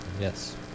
Yes